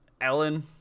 ellen